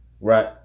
Right